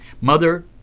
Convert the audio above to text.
Mother